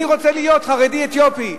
אני רוצה להיות חרדי אתיופי.